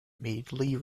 immediately